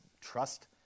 trust